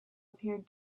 appeared